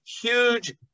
huge